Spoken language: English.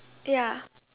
ya